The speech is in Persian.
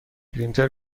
پرینتر